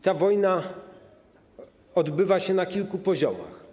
Ta wojna odbywa się na kilku poziomach.